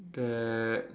that